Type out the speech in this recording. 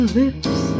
lips